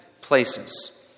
places